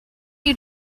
you